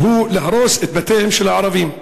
שהוא, להרוס את בתיהם של הערבים.